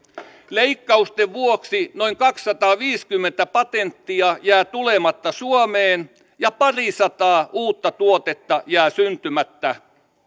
leikkausten vuoksi noin kaksisataaviisikymmentä patenttia jää tulematta suomeen ja parisataa uutta tuotetta jää syntymättä